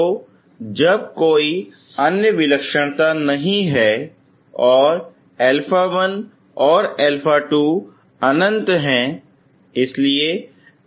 तो जब कोई अन्य विलक्षणता नहीं हैऔर α1 और α2 अनंत हैं इसीलिए αmin अनंत होगा